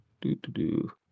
Do-do-do